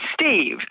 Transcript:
Steve